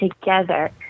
together